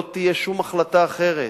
לא תהיה שום החלטה אחרת: